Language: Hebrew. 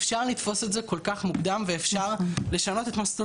אפשר לתפוס את זה כל כך מוקדם ואפשר לשנות את מסלול